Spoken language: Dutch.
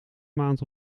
maand